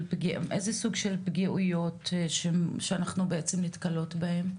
איזה סוג של פגיעות שאנחנו בעצם נתקלות בהם?